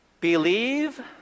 Believe